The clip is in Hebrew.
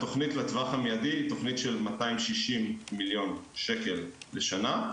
התוכנית לטווח המיידי היא תוכנית של 260 מיליון שקל לשנה,